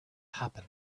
happen